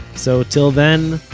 so till then,